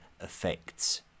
effects